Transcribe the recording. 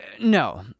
No